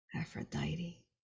aphrodite